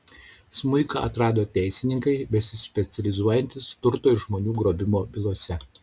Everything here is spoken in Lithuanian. smuiką atrado teisininkai besispecializuojantys turto ir žmonių grobimo bylose